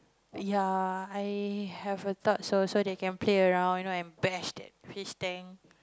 ya I have a third also they can play around you know and bash that fish tank